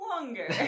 longer